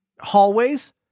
hallways